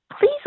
please